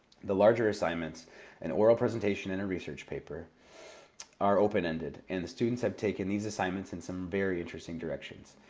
the larger assignments an oral presentation and a research paper are open-ended, and the students have taken these assignments in some very interesting directions.